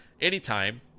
anytime